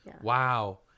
Wow